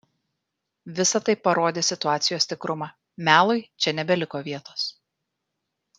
visa tai parodė situacijos tikrumą melui čia nebeliko vietos